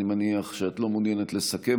אני מניח שאת לא מעוניינת לסכם,